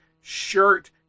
shirt